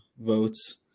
votes